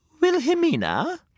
Wilhelmina